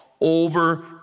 over